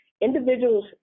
Individuals